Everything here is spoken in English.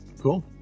Cool